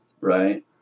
right